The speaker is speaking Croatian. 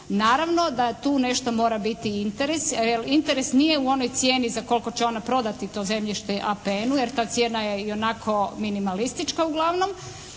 Naravno da tu nešto mora biti interes jer interes nije u onoj cijeni za koliko će ona prodati to zemljište APN-u jer ta cijena je ionako minimalistička uglavnom